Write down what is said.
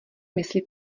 mysli